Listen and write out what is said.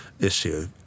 issue